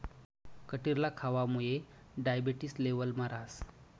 कटिरला खावामुये डायबेटिस लेवलमा रहास